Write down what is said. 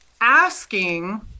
asking